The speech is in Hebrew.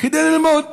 כדי ללמוד